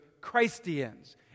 Christians